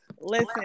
listen